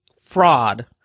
fraud